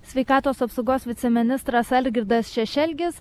sveikatos apsaugos viceministras algirdas šešelgis